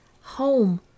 Home